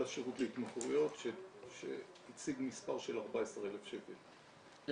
השירות להתמכרויות שהציג מספר של 14,000 שקל.